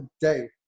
day